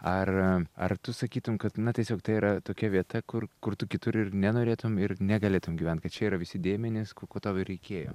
ar ar tu sakytum kad na tiesiog tai yra tokia vieta kur kur tu kitur ir nenorėtum ir negalėtum gyvent kai čia yra visi dėmenys ko ko tau ir reikėjo